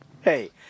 Hey